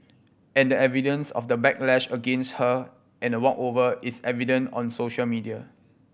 and the evidence of the backlash against her and a walkover is evident on social media